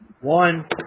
One